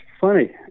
funny